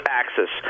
axis